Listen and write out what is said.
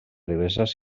diverses